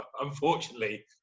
Unfortunately